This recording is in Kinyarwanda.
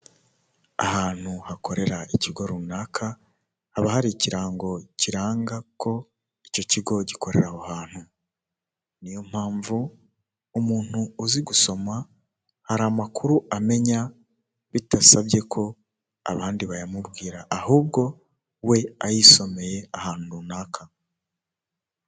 Nta muntu utagira inzozi zo kuba mu nzu nziza kandi yubatse neza iyo nzu iri mu mujyi wa kigali uyishaka ni igihumbi kimwe cy'idolari gusa wishyura buri kwezi maze nawe ukibera ahantu heza hatekanye.